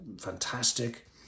fantastic